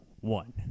one